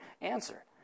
answer